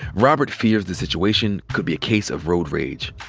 robert fears the situation could be a case of road rage.